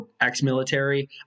ex-military